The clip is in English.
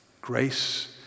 grace